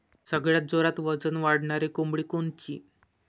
सगळ्यात जोरात वजन वाढणारी कोंबडी कोनची?